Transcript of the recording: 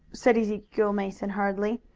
said ezekiel mason hurriedly.